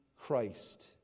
Christ